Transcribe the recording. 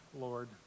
Lord